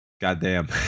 Goddamn